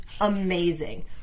amazing